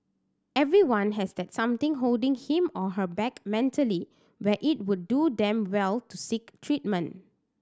everyone has that something holding him or her back mentally where it would do them well to seek treatment